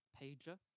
pager